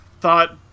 thought